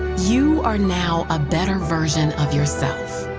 you are now a better version of yourself.